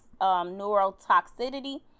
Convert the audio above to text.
neurotoxicity